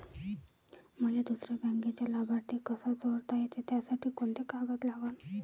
मले दुसऱ्या बँकेचा लाभार्थी कसा जोडता येते, त्यासाठी कोंते कागद लागन?